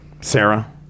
Sarah